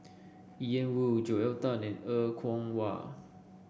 Ian Woo Joel Tan and Er Kwong Wah